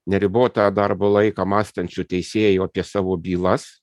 neribotą darbo laiką mąstančių teisėjų apie savo bylas